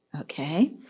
okay